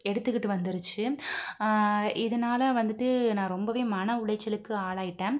எடுத்துக்கிட்டு வந்துருச்சு இதனால் வந்துட்டு நான் ரொம்பவே மனஉளைச்சலுக்கு ஆளாகிட்டேன்